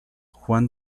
juan